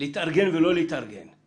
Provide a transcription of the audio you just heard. להתארגן ולא להתארגן בו-זמנית.